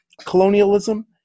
colonialism